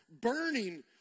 burning